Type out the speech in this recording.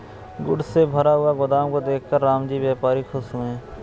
goods से भरा हुआ गोदाम को देखकर रामजी व्यापारी खुश हुए